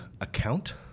account